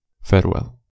Farewell